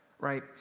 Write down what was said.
right